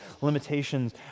limitations